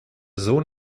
sohn